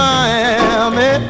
Miami